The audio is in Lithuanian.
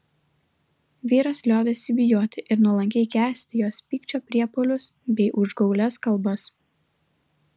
vyras liovėsi bijoti ir nuolankiai kęsti jos pykčio priepuolius bei užgaulias kalbas